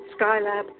Skylab